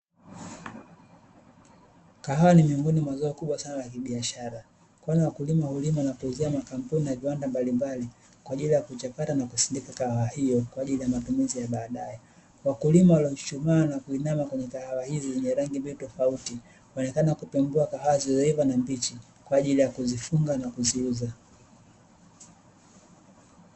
Kahawa ni miongoni mwa zao kubwa sana la kibiashara ambalo wakulima hulima na kuuzia makampuni mbalimbali kwa ajili ya kuchakata na kusindika mazao hayo kwa ajili ya matumizi ya baadae. Wakulima wamechuchumaa na kuinama kwenye kahawa hizi zenye rangi mbili tofauti wanaonekana kupembua kahawa zilizoiva na mbichi kwaajili ya kuzifunga na kuziuza.